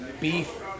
beef